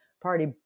party